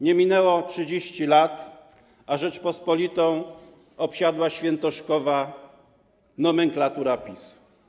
Nie minęło 30 lat, a Rzeczpospolitą obsiadła świętoszkowa nomenklatura PiS.